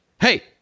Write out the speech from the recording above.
hey